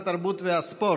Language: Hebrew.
התרבות והספורט.